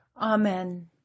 Amen